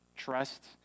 trust